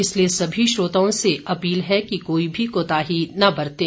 इसलिए सभी श्रोताओं से अपील है कि कोई भी कोताही न बरतें